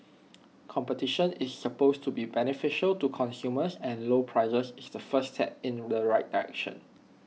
competition is supposed to be beneficial to consumers and lower prices is the first step in the right direction